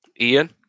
Ian